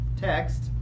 text